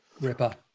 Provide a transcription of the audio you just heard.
Ripper